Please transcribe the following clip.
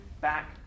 back